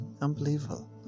unbelievable